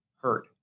hurt